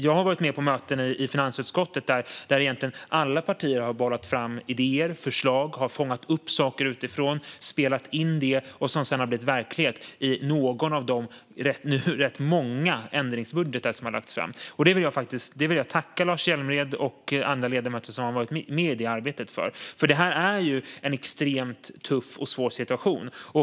Jag har varit med på möten i finansutskottet där alla partier har bollat fram idéer och förslag och fångat upp och spelat in saker utifrån som sedan har blivit verklighet i någon av de nu rätt många ändringsbudgetar som lagts fram. Det vill jag tacka Lars Hjälmered och andra ledamöter som har varit med i det arbetet för, för det här är en extremt tuff och svår situation.